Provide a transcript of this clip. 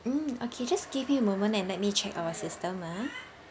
mm okay just give me a moment and let me check our system ah